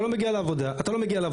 אתה לא מגיע לעבודה, נכון?